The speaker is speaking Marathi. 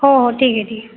हो हो ठीक आहे ठीक आहे